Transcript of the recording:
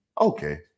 Okay